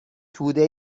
توده